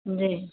जी